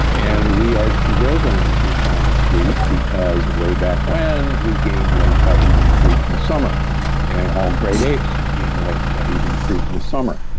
and we are driven to find sweet because way back when we gained weight by eating fruit in the summer and all great apes gained weight by eating fruit in the summer.